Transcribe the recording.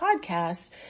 podcast